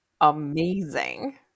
amazing